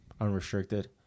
unrestricted